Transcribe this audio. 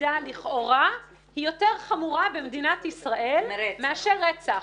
לבגידה לכאורה היא יותר חמורה במדינת ישראל מאשר רצח.